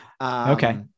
Okay